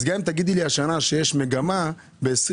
אז גם אם תגידי לי השנה שיש מגמה ב-2022,